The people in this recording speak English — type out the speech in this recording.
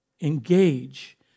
engage